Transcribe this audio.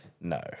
No